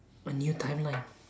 a new timeline